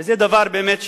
וזה דבר, באמת,